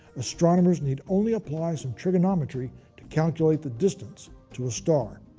astronomers need only apply some trigonometry to calculate the distance to a star.